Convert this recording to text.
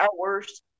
hours